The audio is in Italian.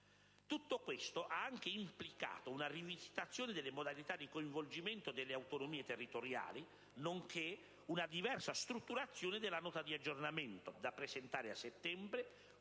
Tutto questo ha anche implicato una rivisitazione delle modalità di coinvolgimento delle autonomie territoriali, nonché una diversa strutturazione della Nota di aggiornamento, da presentare a settembre,